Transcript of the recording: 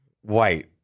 white